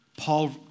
Paul